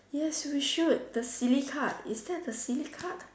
yes we should the silly card is that the silly card